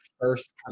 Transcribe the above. first